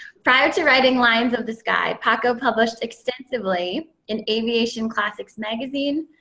prior to writing lines of the sky, paco published extensively in aviation classics magazine,